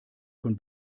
von